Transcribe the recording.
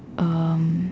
um